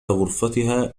غرفتها